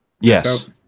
yes